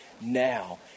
now